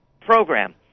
program